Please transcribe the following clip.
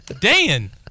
Dan